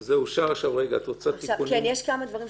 1 סעיף 5(ג) נתקבל.